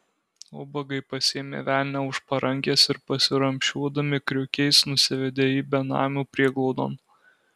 ubagai pasiėmė velnią už parankės ir pasiramsčiuodami kriukiais nusivedė jį benamių prieglaudon